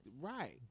right